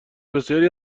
بسیاری